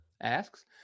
asks